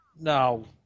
No